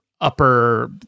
upper